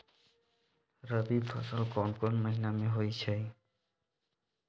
रबी फसल कोंन कोंन महिना में होइ छइ?